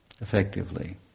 effectively